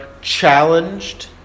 challenged